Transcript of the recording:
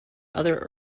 other